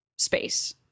space